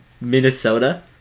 Minnesota